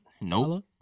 Nope